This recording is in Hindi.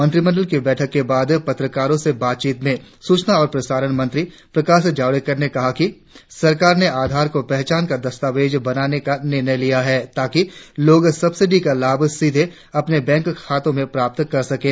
मंत्रिमंडल की बैठक के बाद पत्रकारों से बातचीत में सूचना और प्रसारण मंत्री प्रकाश जावड़ेकर ने कहा कि सरकार ने आधार को पहचान का दस्तावेज बनाने का निर्णय लिया है ताकि लोग सब्सिडी का लाभ सीधे अपने बैंक खातों में प्राप्त कर सकें